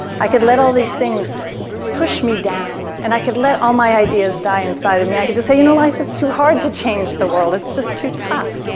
i could let all these things push me down and i could let all my ideas die inside of me. i could just say, you know, life is too hard to change the world. it's just too tough.